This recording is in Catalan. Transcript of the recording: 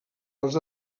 els